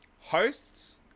Hosts